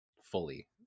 fully